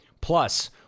Plus